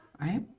right